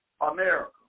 America